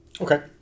Okay